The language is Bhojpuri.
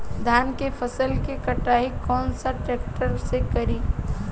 धान के फसल के कटाई कौन सा ट्रैक्टर से करी?